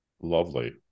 lovely